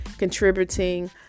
Contributing